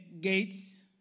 gates